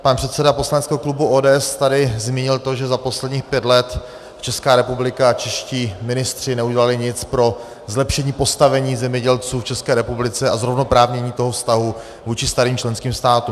Pan předseda poslaneckého klubu ODS tady zmínil to, že za posledních pět let Česká republika a čeští ministři neudělali nic pro zlepšení postavení zemědělců v České republice a zrovnoprávnění vztahu vůči starým členským státům.